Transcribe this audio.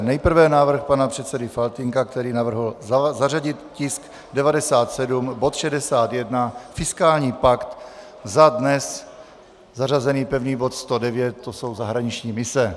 Nejprve návrh pana předsedy Faltýnka, který navrhl zařadit tisk 97, bod 61, fiskální pakt, za dnes zařazený pevný bod 109, to jsou zahraniční mise.